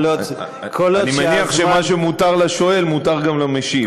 אני מניח שמה שמותר לשואל מותר גם למשיב.